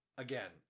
Again